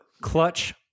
clutch